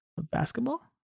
basketball